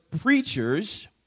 preachers